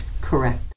Correct